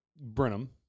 Brenham